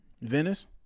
Venice